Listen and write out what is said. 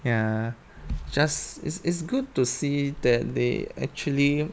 ya just it's it's good to see that they actually